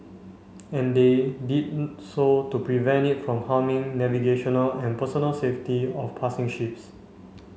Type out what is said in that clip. and they did so to prevent it from harming navigational and personnel safety of passing ships